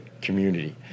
community